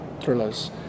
thrillers